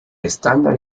estándar